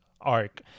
arc